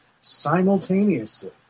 simultaneously